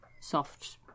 soft